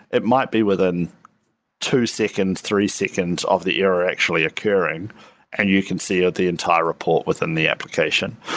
it might be within two seconds, three seconds of the error actually occurring and you can see ah the entire report within the application.